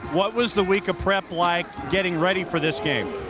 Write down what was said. what was the week of prep like getting ready for this game?